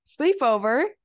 sleepover